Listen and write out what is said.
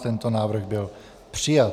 Tento návrh byl přijat.